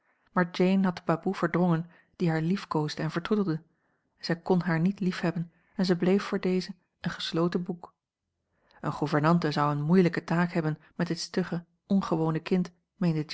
maar jane had de baboe verdrongen die haar liefkoosde en vertroetelde zij kon haar niet liefhebben en zij bleef voor dezen een gesloten boek eene gouvernante zou eene moeilijke taak hebben met dit stugge ongewone kind meende